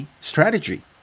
strategy